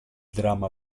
dramma